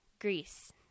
Greece